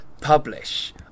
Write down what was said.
publish